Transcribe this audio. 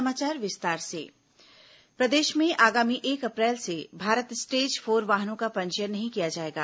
Bharat stage four वाहन प्रदेश में आगामी एक अप्रैल से भारत स्टेज फोर वाहनों का पंजीयन नहीं किया जाएगा